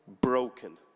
broken